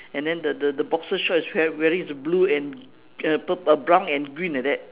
and then the the the boxer shorts he is wearing is blue and uh purp~ brown and green like that